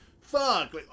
fuck